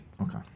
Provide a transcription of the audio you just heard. Okay